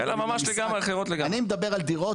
אני מדבר על דירות,